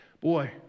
Boy